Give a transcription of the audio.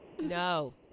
No